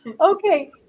Okay